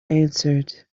answered